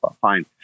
Fine